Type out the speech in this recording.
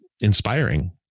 inspiring